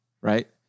right